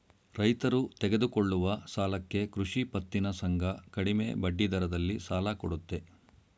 ರೈತರು ತೆಗೆದುಕೊಳ್ಳುವ ಸಾಲಕ್ಕೆ ಕೃಷಿ ಪತ್ತಿನ ಸಂಘ ಕಡಿಮೆ ಬಡ್ಡಿದರದಲ್ಲಿ ಸಾಲ ಕೊಡುತ್ತೆ